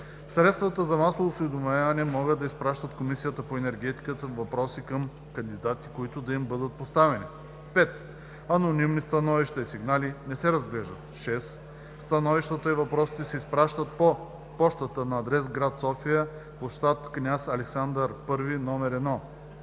Средствата за масово осведомяване могат да изпращат в Комисията по енергетика въпроси към кандидатите, които да им бъдат поставени. 5. Анонимни становища и сигнали не се разглеждат. 6. Становищата и въпросите се изпращат по пощата на адрес: град София, площад „Княз Александър I“ № 1,